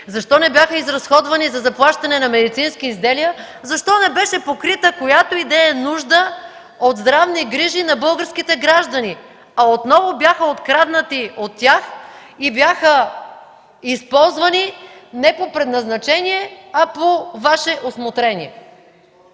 Защо не бяха изразходвани за заплащане на медицински изделия? Защо не беше покрита която и да е нужда от здравни грижи на българските граждани, а отново бяха откраднати от тях и бяха използвани не по предназначение, а по Ваше усмотрение?!